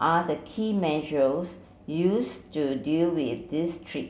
are the key measures used to deal with this threat